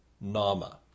Nama